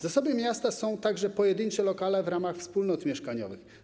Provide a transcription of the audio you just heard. Zasobem miasta są także pojedyncze lokale w ramach wspólnot mieszkaniowych.